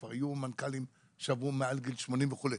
כבר היו מנכ"לים שעברו את גיל 80 וכו'.